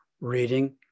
reading